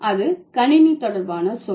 அது கணினி தொடர்பான சொல்